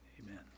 Amen